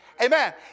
Amen